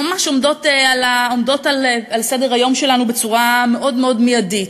ממש עומדות על סדר-היום שלנו בצורה מאוד מאוד מיידית: